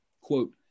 quote